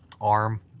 arm